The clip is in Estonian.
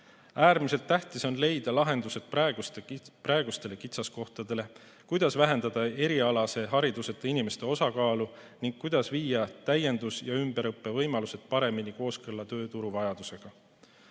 Äärmiselt tähtis on leida lahendused praegustele kitsaskohtadele, kuidas vähendada erialase hariduseta inimeste osakaalu ning kuidas viia täiendus‑ ja ümberõppe võimalused paremini kooskõlla tööturu vajadusega.